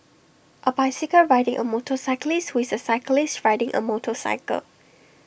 A bicycle riding A motorcyclist who is A cyclist riding A motorcycle